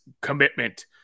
commitment